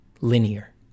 linear